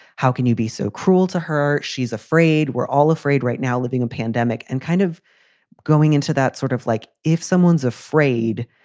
how can you be so cruel to her? she's afraid. we're all afraid right now living a pandemic and kind of going into that sort of like if someone's afraid,